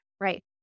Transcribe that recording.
right